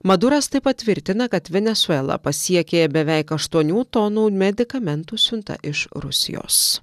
maduras taip pat tvirtina kad venesuelą pasiekė beveik aštuonių tonų medikamentų siuntą iš rusijos